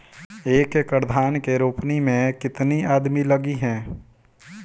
एक एकड़ धान के रोपनी मै कितनी आदमी लगीह?